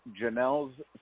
Janelle's